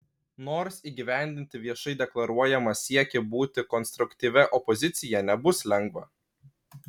nors įgyvendinti viešai deklaruojamą siekį būti konstruktyvia opozicija nebus lengva